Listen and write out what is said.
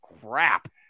crap